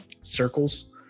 Circles